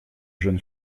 jeune